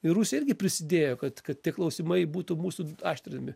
ir rusija irgi prisidėjo kad kad tie klausimai būtų mūsų aštrinami